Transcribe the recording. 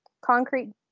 Concrete